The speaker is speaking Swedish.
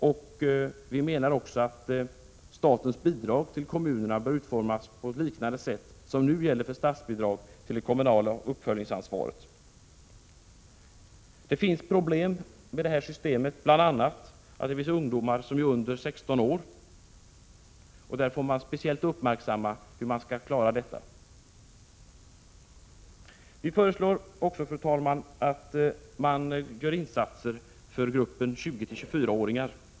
Vidare anser vi att statens bidrag till kommunerna bör utformas på liknande sätt som nu gäller för statsbidrag till det kommunala uppföljningsansvaret. Det finns problem med det här systemet, bl.a. därför att det finns arbetslösa ungdomar som är under 16 år. Man får speciellt — Prot. 1986/87:94 uppmärksamma dessa och se hur man kan klara deras situation. 25 mars 1987 Vi föreslår också, fru talman, att man gör insatser för gruppen 20-24 åringar.